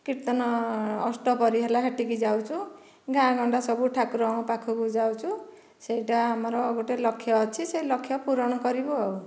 କୀର୍ତ୍ତନ ଅଷ୍ଟପ୍ରହରି ହେଲା ସେ'ଠିକୁ ଯାଉଛୁ ଗାଁ ଗଣ୍ଡା ସବୁ ଠାକୁରଙ୍କ ପାଖକୁ ଯାଉଛୁ ସେଇଟା ଆମର ଗୋଟେ ଲକ୍ଷ୍ୟ ଅଛି ସେଇ ଲକ୍ଷ୍ୟ ପୂରଣ କରିବୁ ଆଉ